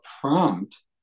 prompt